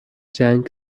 جنگ